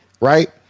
right